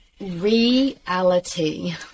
reality